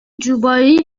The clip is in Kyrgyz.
жубайы